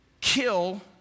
kill